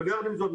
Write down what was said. אבל יחד עם זאת,